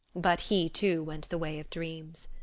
but he, too, went the way of dreams.